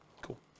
Cool